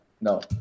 no